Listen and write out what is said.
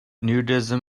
nudism